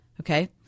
Okay